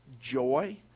joy